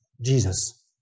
Jesus